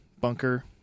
bunker